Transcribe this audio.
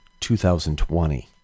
2020